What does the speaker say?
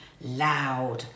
loud